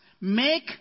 make